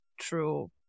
true